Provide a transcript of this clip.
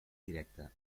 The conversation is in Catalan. directe